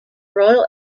royal